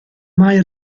mai